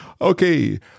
Okay